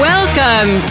Welcome